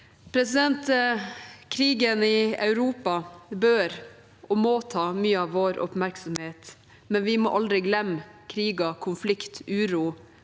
forfølges. Krigen i Europa bør og må ta mye av vår oppmerksomhet, men vi må aldri glemme kriger, konflikt, uro